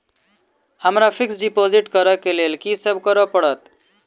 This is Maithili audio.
हमरा फिक्स डिपोजिट करऽ केँ लेल की सब करऽ पड़त?